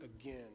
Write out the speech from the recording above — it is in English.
again